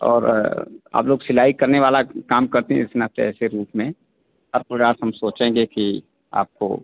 और आप लोग सिलाई करने वाला काम करती हैं इस नाते ऐसे रूप में अप पूरा हम सोचेंगे कि आपको